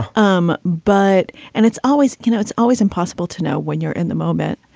um but and it's always you know, it's always impossible to know when you're in the moment.